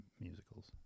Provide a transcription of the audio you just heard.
musicals